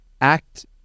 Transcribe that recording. act